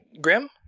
Grim